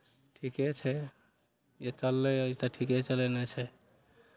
ठीके छै निकललैए ई तऽ ठीके चलयने छै